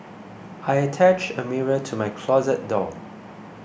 I attached a mirror to my closet door